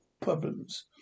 problems